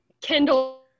Kendall